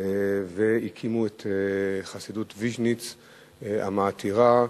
והקימו את חסידות ויז'ניץ המעטירה,